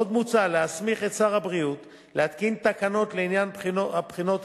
עוד מוצע להסמיך את שר הבריאות להתקין תקנות לעניין הבחינות,